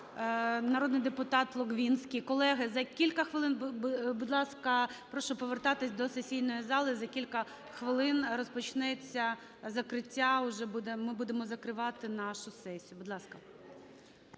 народний депутата Логвинський. Колеги, за кілька хвилин, будь ласка, прошу повертатись до сесійної зали, за кілька хвилин розпочнеться закриття. Ми будемо закривати нашу сесію. Будь ласка.